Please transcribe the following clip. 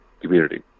community